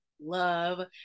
love